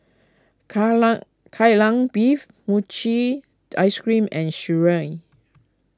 Kai Lan Beef Mochi Ice Cream and Sireh